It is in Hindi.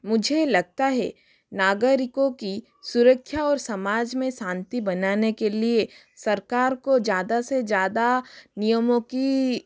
मुझे लगता है नागरिकों की सुरक्षा और समाज में शांति बनाने के लिए सरकार को ज़्यादा से ज़्यादा नियमों की